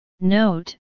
Note